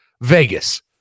vegas